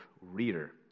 reader